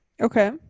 Okay